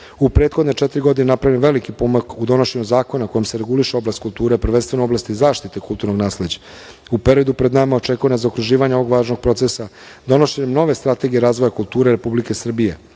prethodne četiri godine napravljen je veliki pomak u donošenju zakona kojim se reguliše oblast kulture, prvenstveno oblast zaštite kulturnog nasleđa. U periodu pred nama očekuje nas zaokruživanje ovog važnog procesa, donošenjem nove strategije razvoja kulture Republike Srbije,